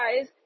guys